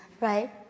right